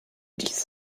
dies